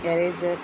eraser